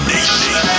Nation